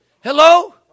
Hello